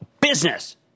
business